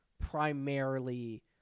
primarily